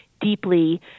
deeply